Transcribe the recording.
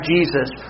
Jesus